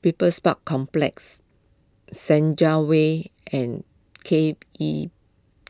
People's Park Complex Senja Way and K E